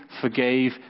forgave